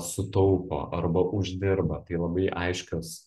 sutaupo arba uždirba tai labai aiškios